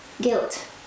Guilt